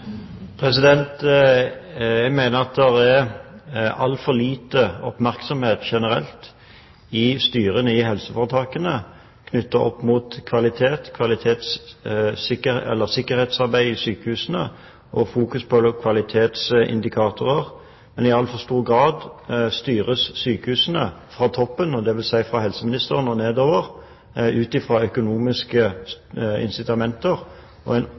Jeg mener at det er altfor lite oppmerksomhet generelt i styrene i helseforetakene knyttet opp mot kvalitet, sikkerhetsarbeid i sykehusene og kvalitetsindikatorer. I altfor stor grad styres sykehusene fra toppen, dvs. fra helseministeren, og nedover ut fra økonomiske incitamenter og en